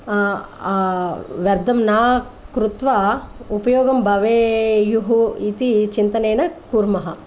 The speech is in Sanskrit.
व्यर्थं न कृत्वा उपयोगं भवेयुः इति चिन्तनेन कुर्मः